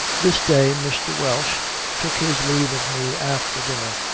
this day mr. welch took his leave of me after dinner,